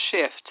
shift